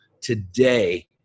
today